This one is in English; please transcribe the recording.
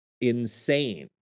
insane